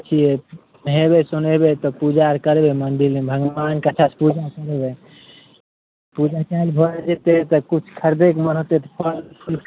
अथी हइ नहेबै सोनेबै तऽ पूजा आओर करबै मन्दिरमे भगवानके अच्छासँ पूजा करबै पूजा कएल भऽ जेतै तऽ किछु खरिदैके मोन हेतै तऽ फल फूल